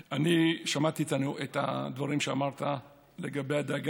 אני שמעתי את הדברים שאמרת לגבי הדאגה